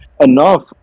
Enough